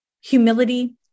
humility